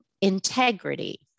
integrity